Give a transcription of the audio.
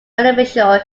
beneficial